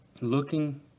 looking